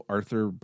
Arthur